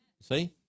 See